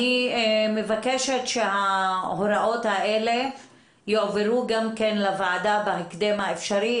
אני מבקשת שההוראות האלה יועברו גם לוועדה בהקדם האפשרי,